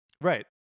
Right